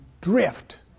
drift